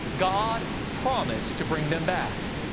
god promised to bring them back.